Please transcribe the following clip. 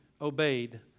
obeyed